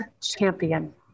champion